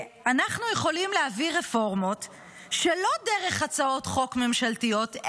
אנחנו יכולים להביא רפורמות שלא דרך הצעות חוק ממשלתיות,